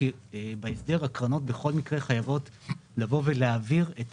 כי בהסדר הקרנות חייבות בכל מקרה לבוא ולהעביר את